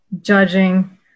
judging